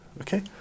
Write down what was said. Okay